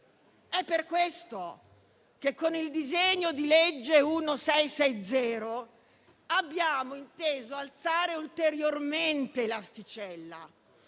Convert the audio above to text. È per questo che, con il disegno di legge n. 1660, abbiamo inteso alzare ulteriormente l'asticella,